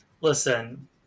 Listen